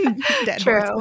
True